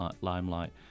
limelight